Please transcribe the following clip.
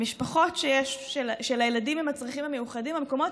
למשפחות של הילדים עם הצרכים המיוחדים המקומות